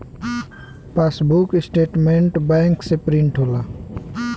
passbook statement bank से print होला